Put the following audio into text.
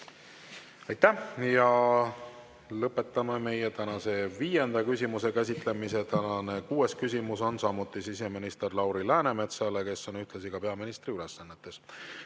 Aitäh! Lõpetame meie tänase viienda küsimuse käsitlemise. Tänane kuues küsimus on samuti siseminister Lauri Läänemetsale, kes on ühtlasi ka peaministri ülesannetes.